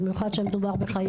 במיוחד שמדובר בחיי אדם.